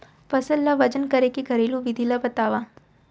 फसल ला वजन करे के घरेलू विधि ला बतावव?